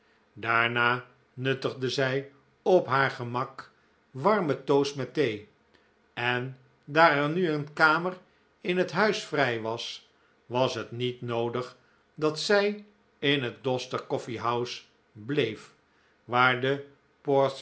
daarna nuttigde zij op haar gemak warmen toast met thee en daar ernu een kamer in het huis vrij was was het niet noodig dat zij in het gloster coffee house bleef waar de